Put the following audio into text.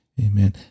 amen